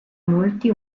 molti